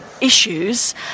issues